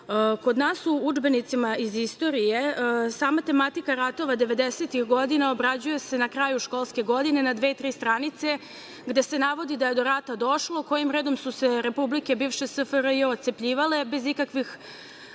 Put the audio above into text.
Kod nas u udžbenicima iz istorije sama tematika ratova 90-ih godina obrađuje se na kraju školske godine, na dve, tri stranice, gde se navodi da je do rata došlo, kojim redom su se republike bivše SFRJ otcepljivale, bez ikakvih